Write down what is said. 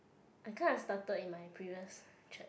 I kinda started in my previous church